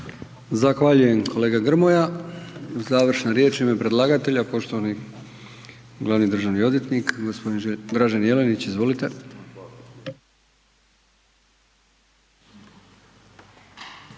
Zahvaljujem, kolega Grmoja. Završna riječ u ime predlagatelja, poštovani glavni državni odvjetnik g. Dražen Jelenić, izvolite.